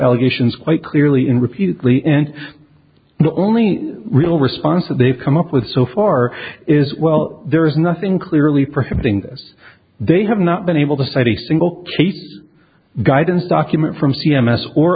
allegations quite clearly and repeatedly and the only real response that they've come up with so far is well there is nothing clearly prohibiting this they have not been able to cite a single shape guidance document from c m s or